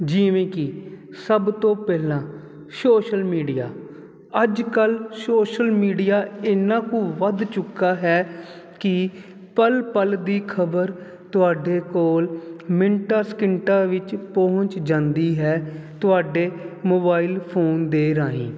ਜਿਵੇਂ ਕੀ ਸਭ ਤੋਂ ਪਹਿਲਾਂ ਸੋਸ਼ਲ ਮੀਡੀਆ ਅੱਜ ਕੱਲ ਸੋਸ਼ਲ ਮੀਡੀਆ ਇਨਾ ਕੁ ਵੱਧ ਚੁੱਕਾ ਹੈ ਕਿ ਪਲ ਪਲ ਦੀ ਖਬਰ ਤੁਹਾਡੇ ਕੋਲ ਮਿੰਟਾਂ ਸਕਿੰਟਾਂ ਵਿੱਚ ਪਹੁੰਚ ਜਾਂਦੀ ਹੈ ਤੁਹਾਡੇ ਮੋਬਾਈਲ ਫੋਨ ਦੇ ਰਾਹੀਂ